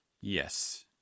Yes